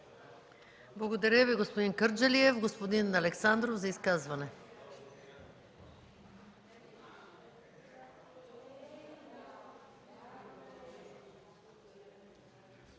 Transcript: Благодаря Ви, господин Кърджалиев. Господин Александров – за изказване.